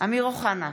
אמיר אוחנה,